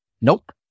Nope